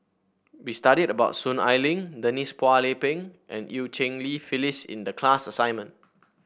we studied about Soon Ai Ling Denise Phua Lay Peng and Eu Cheng Li Phyllis in the class assignment